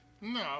No